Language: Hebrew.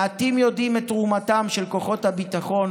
מעטים יודעים על תרומתם של כוחות הביטחון